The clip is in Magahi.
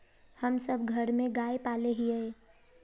हम सब घर में गाय पाले हिये?